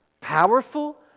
powerful